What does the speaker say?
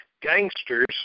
gangsters